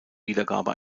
wiedergabe